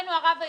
לצערנו הרב,